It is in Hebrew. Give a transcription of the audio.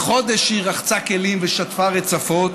חודש היא רחצה כלים, שטפה רצפות,